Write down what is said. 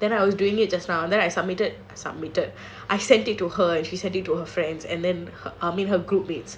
then I was doing it just now then I submitted submitted I sent it to her and she sent it to her friends and then I mean her groupmates